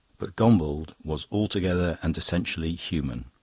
but gombauld was altogether and essentially human.